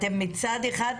מצד אחד,